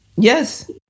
Yes